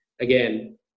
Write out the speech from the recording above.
again